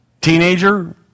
teenager